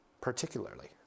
particularly